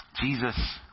Jesus